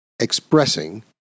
Expressing